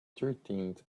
thirteenth